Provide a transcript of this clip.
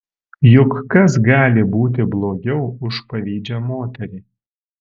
juk kas gali būti blogiau už pavydžią moterį